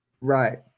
Right